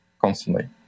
constantly